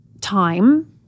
time